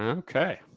and okay.